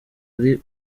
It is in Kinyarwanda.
ari